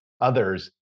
others